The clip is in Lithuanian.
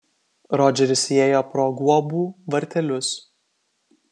rodžeris įėjo pro guobų vartelius